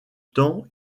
temps